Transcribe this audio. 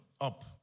up